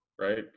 right